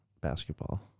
basketball